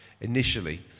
initially